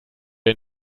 den